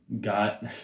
got